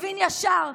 לוין ישר,